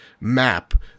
map